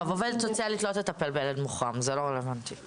עובדת סוציאלית לא תטפל בילד מוחרם זה לא רלבנטי.